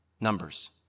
Numbers